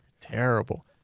terrible